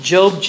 Job